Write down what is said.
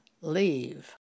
leave